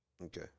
Okay